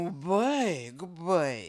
baik baik